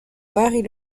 marie